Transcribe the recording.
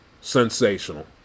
Sensational